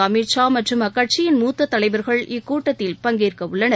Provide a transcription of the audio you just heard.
அமித் ஷா மற்றும் அக்கட்சியின் மூத்த தலைவர்கள் இக்கூட்டத்தில் பங்கேற்க உள்ளனர்